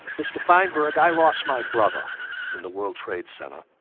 mr feinberg, i lost my brother in the world trade center.